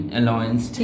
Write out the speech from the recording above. allowance